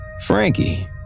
Frankie